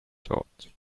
thought